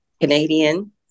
Canadian